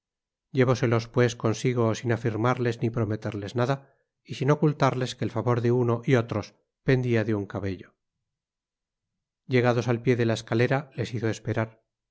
llevóselos pues consigo sin afirmarles ni prometerles nada y sin ocultarles que el favor de uno y otros pendia de un cadello llegados al pié de la escalera les hizo esperar